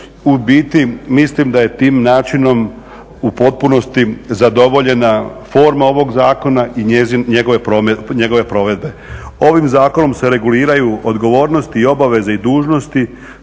U biti mislim da je tim načinom u potpunosti zadovoljena forma ovog zakona i njegove provedbe. Ovim zakonom se reguliraju odgovornosti, obaveze i dužnosti